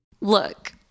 Look